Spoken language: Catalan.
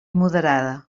moderada